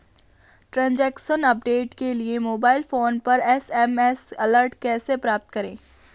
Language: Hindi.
ट्रैन्ज़ैक्शन अपडेट के लिए मोबाइल फोन पर एस.एम.एस अलर्ट कैसे प्राप्त करें?